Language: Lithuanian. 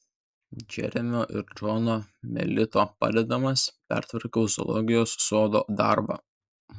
džeremio ir džono melito padedamas pertvarkiau zoologijos sodo darbą